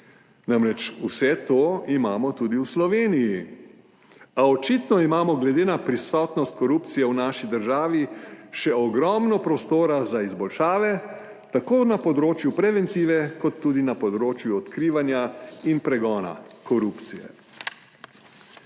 Namreč vse to imamo tudi v Sloveniji, a očitno imamo glede na prisotnost korupcije v naši državi še ogromno prostora za izboljšave, tako na področju preventive kot tudi na področju odkrivanja in pregona korupcije.